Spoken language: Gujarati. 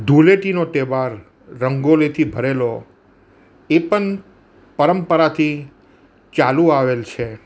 ધુળેટીનો તહેવાર રંગોલીથી ભરેલો એ પણ પરંપરાથી ચાલુ આવેલ છે